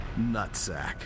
Nutsack